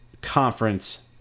conference